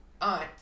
aunt